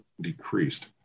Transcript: decreased